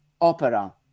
opera